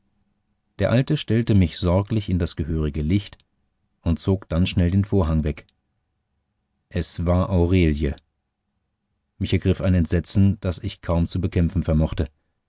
der alte stellte mich sorglich in das gehörige licht und zog dann schnell den vorhang weg es war aurelie mich ergriff ein entsetzen das ich kaum zu bekämpfen vermochte